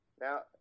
Now